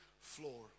Floor